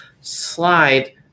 slide